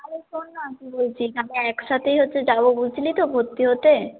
আরে শোন না কী বলছি আমরা একসাথেই হচ্ছে যাবো বুঝলি তো ভর্তি হতে